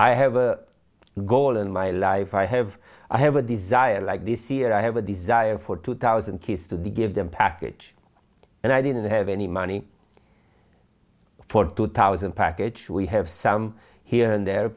i have a goal in my life i have i have a desire like this here i have a desire for two thousand kids to give them package and i didn't have any money for two thousand package we have some here and there